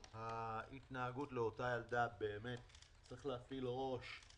לגבי ההתנהגות לאותה ילדה באמת צריך להפעיל ראש.